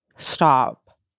stop